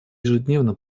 ежедневно